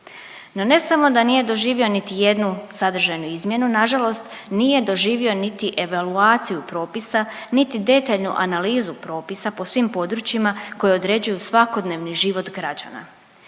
No ne samo da nije doživio niti jednu sadržajnu izmjenu na žalost nije doživio niti evaluaciju propisa niti detaljnu analizu propisa po svim područjima koje određuju svakodnevni život građana.